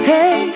Hey